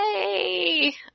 Yay